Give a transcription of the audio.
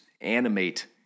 animate